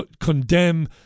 condemn